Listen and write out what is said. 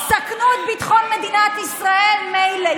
סכנו את ביטחון מדינת ישראל, מילא.